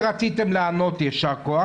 אני מסכים.